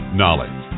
knowledge